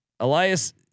Elias